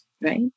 right